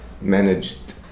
Managed